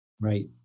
Right